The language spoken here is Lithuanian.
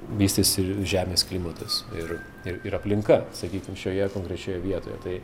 vystėsi žemės klimatas ir ir aplinka sakykim šioje konkrečioje vietoje tai